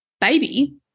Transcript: baby